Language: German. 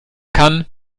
kann